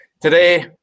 Today